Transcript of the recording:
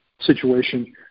situation